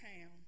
town